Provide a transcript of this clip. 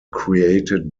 created